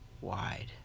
wide